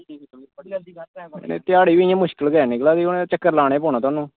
ध्याड़ी बी इंया मुश्कल गै निकला दी चक्कर लाना गै पौना थुहानू